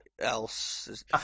else